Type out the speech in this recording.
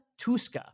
tuska